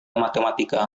matematika